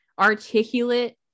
articulate